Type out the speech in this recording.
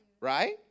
right